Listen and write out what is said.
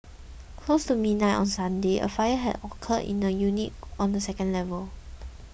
close to midnight on Sunday a fire had occurred in a unit on the second level